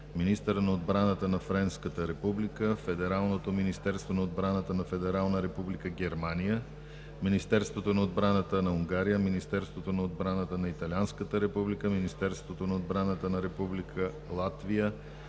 министъра на отбрана на Френската република, Федералното министерство на отбраната на Федерална република Германия, Министерството на отбраната на Унгария, Министерството на отбраната на Италианската република, Министерството на отбраната на Република Латвия,